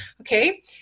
Okay